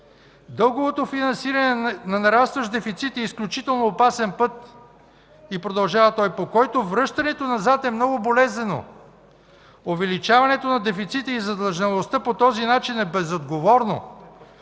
„Дълговото финансиране на нарастващ дефицит е изключително опасен път, по който връщането назад е много болезнено. Увеличаването на дефицита и задлъжнялостта по този начин е безотговорно